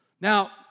Now